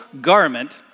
garment